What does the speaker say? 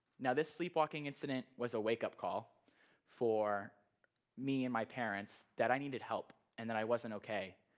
now, this sleepwalking incident was a wake-up call for me and my parents that i needed help, and that i wasn't okay.